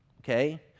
okay